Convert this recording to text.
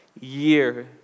year